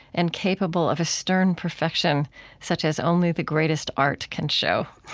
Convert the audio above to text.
and capable of a stern perfection such as only the greatest art can show.